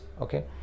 okay